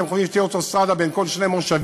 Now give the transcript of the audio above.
אתם חושבים שיש לי אוטוסטרדה בין כל שני מושבים?